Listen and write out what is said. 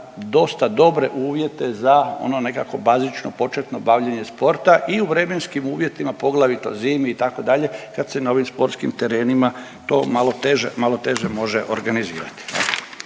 dosta dobre uvjete za ono nekakvo bazično početno bavljenje sporta i u vremenskim uvjetima poglavito zimi itd., kad se na ovim sportskim terenima to malo teže, malo teže može organizirati